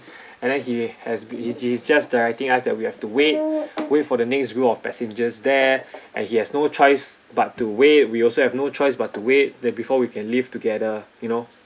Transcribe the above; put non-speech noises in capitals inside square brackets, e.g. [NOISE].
[BREATH] and then he has he's he's just directing us that we have to wait wait for the next group of passengers there and he has no choice but to wait we also have no choice but to wait that before we can leave together you know